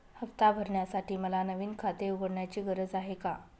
हफ्ता भरण्यासाठी मला नवीन खाते उघडण्याची गरज आहे का?